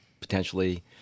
potentially